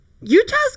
Utah's